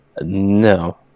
No